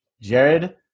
Jared